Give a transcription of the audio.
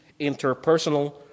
interpersonal